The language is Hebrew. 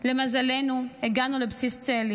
למזלנו הגענו לבסיס צאלים,